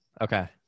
Okay